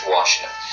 Washington